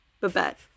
Babette